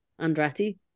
Andretti